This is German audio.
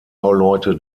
leute